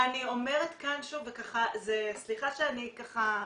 אני אומרת כאן שוב, וסליחה שאני אומרת את זה ככה,